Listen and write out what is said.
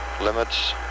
limits